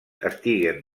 estiguen